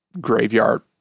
graveyard